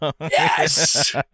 Yes